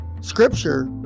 scripture